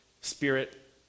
spirit